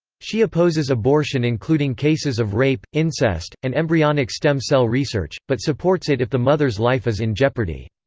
she opposes abortion including cases of rape, incest, and embryonic stem cell research, but supports it if the mother's life is in jeopardy.